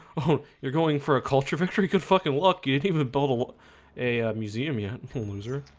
oh you're going for a cultural victory. good fucking luck yet. even bubble a museum yet in full moons. er,